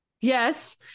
yes